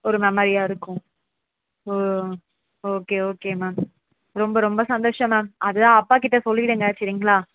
ஒரு மெமரியாக இருக்கும் ஓ ஓகே ஓகே மேம் ரொம்ப ரொம்ப சந்தோஷம் மேம் அதுதான் அப்பா கிட்டே சொல்லிவிடுங்க சரிங்களா